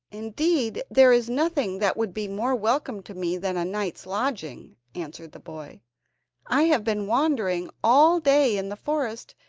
indeed there is nothing that would be more welcome to me than a night's lodging answered the boy i have been wandering all day in the forest,